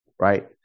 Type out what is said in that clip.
right